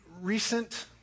Recent